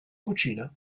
cucina